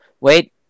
Wait